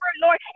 Lord